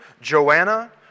Joanna